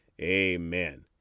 Amen